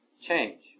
change